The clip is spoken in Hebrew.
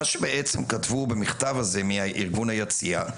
מה שבעצם כתבו במכתב הזה מארגון היציע,